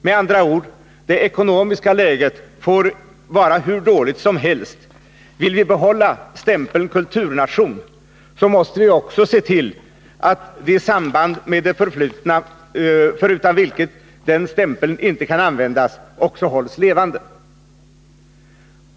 Med andra ord: Det ekonomiska läget får vara hur dåligt som helst, men vill vi behålla stämpeln kulturnation måste vi också se till att det samband med det förflutna, förutan vilket den stämpeln inte kan användas, också hålls levande.